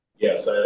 Yes